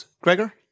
Gregor